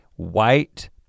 white